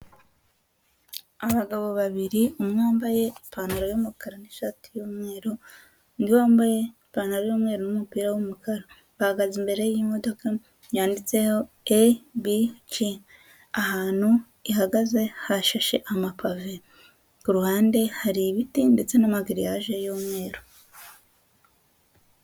Abagabo babiri umwe wambaye ipantaro y'umukara n'ishati y'umweru, undi wambaye ipantaro y'umweru n'umupira w'umukara, bahagaze imbere y'imodoka yanditseho ABG ahantu ihagaze hashashe amapave, ku ruhande hari ibiti ndetse n'amagriyaje y'umweru.